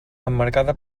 emmarcada